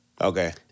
Okay